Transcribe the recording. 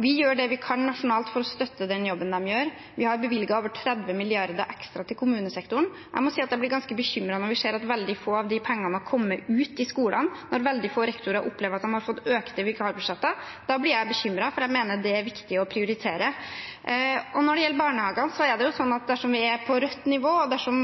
Vi gjør det vi kan nasjonalt for å støtte den jobben de gjør. Vi har bevilget over 30 mrd. kr ekstra til kommunesektoren. Jeg må si at jeg blir ganske bekymret når vi ser at veldig få av de pengene har kommet ut i skolene, når veldig få rektorer opplever at de har fått økte vikarbudsjetter. Da blir jeg bekymret, for jeg mener det er viktig å prioritere. Når det gjelder barnehagene, er det sånn at dersom vi er på rødt nivå, og dersom